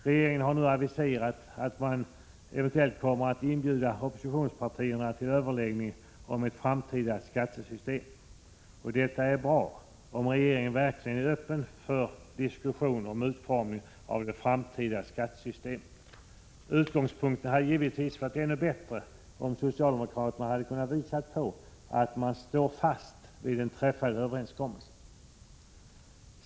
Regeringen har nu aviserat att man eventuellt kommer att inbjuda oppositionspartierna till överläggning om ett framtida skattesystem. Detta är bra, om regeringen verkligen är öppen för en diskussion om utformningen av det framtida skattesystemet. Utgångspunkten hade givetvis varit ännu bättre om socialdemokraterna hade kunnat visa på att man står fast vid en träffad överenskommelse.